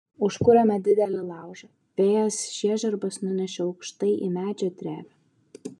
užkūrėme didelį laužą vėjas žiežirbas nunešė aukštai į medžio drevę